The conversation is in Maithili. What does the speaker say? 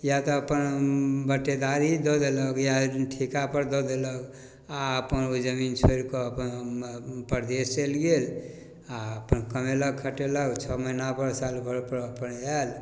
या तऽ अपन बटेदारी दऽ देलक या ठिकापर दऽ देलक आओर अपन ओहि जमीन छोड़िकऽ अपन परदेस चलि गेल आओर अपन कमेलक खटेलक छओ महिनापर सालभरिपर अपन आएल